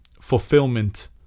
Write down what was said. fulfillment